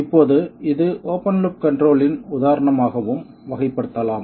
இப்போது இது open loop control இன் உதாரணமாகவும் வகைப்படுத்தலாம்